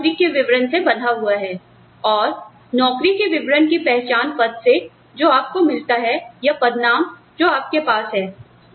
वेतन नौकरी के विवरण से बंधा हुआ है और नौकरी के विवरण की पहचान पद से जो आपको मिलता है या पदनाम जो आपके पास है